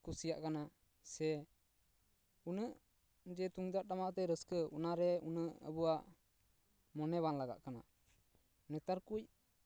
ᱠᱩᱥᱤᱭᱟᱜ ᱠᱟᱱᱟ ᱥᱮ ᱩᱱᱟᱹᱜ ᱡᱮ ᱡᱮ ᱛᱩᱢᱫᱟᱜ ᱴᱟᱢᱟᱠ ᱟᱛᱮ ᱨᱟᱹᱥᱠᱟᱹ ᱚᱱᱟ ᱨᱮ ᱩᱱᱟᱹᱜ ᱟᱵᱚᱭᱟᱜ ᱢᱚᱱᱮ ᱵᱟᱝ ᱞᱟᱜᱟᱜ ᱠᱟᱱᱟ ᱱᱮᱛᱟᱨ ᱠᱚ